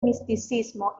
misticismo